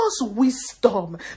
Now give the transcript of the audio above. wisdom